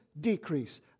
decrease